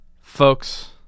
Folks